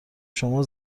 شما